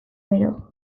gero